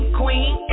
queen